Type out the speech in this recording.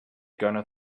gonna